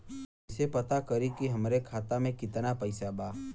कइसे पता करि कि हमरे खाता मे कितना पैसा बा?